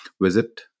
visit